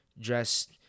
dressed